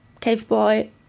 Caveboy